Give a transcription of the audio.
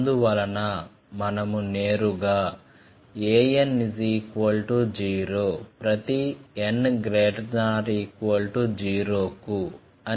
అందువలన మనము నేరుగాan0 ప్రతి n≥0 కు అని చెప్పవచ్చు